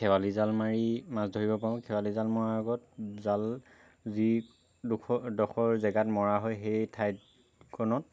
খেৱালি জাল মাৰি মাছ ধৰিব পাৰোঁ খেৱালি জাল মৰাৰ আগত জাল যিডোখৰ ডোখৰ জেগাত মৰা হয় সেই ঠাই কনত